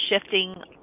shifting